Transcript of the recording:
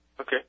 Okay